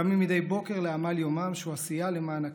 קמים מדי בוקר לעמל יומם שהוא עשייה למען הכלל,